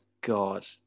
god